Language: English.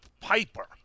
Piper